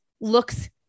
looks